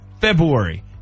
February